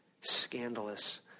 scandalous